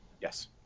yes